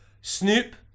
snoop